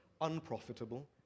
unprofitable